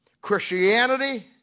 Christianity